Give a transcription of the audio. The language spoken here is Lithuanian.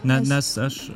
ne nes aš